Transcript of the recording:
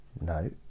No